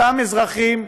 אותם אזרחים,